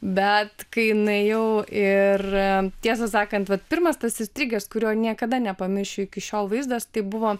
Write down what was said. bet kai nuėjau ir tiesą sakant vat pirmas tas įstrigęs kurio niekada nepamiršiu iki šiol vaizdas tai buvo